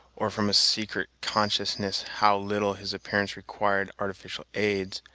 or from a secret consciousness how little his appearance required artificial aids,